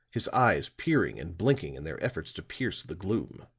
his eyes peering and blinking in their efforts to pierce the gloom.